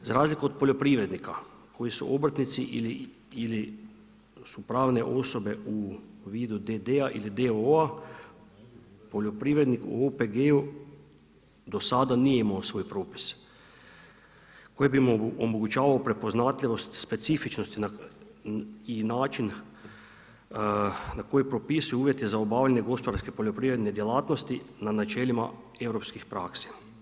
Za razliku od poljoprivrednika koji su obrtnici ili su pravne osobe u vidu d.d.-a ili d.o.o.-a, poljoprivrednik u OPG-u do sada nije imao svoj propis koji bi mu omogućavao prepoznatljivost specifičnosti i način na koji propisuju uvjeti za obavljanje gospodarske poljoprivredne djelatnosti na načelima europskih praksi.